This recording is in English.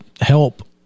help